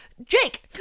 Jake